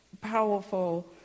powerful